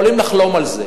יכולים לחלום על זה.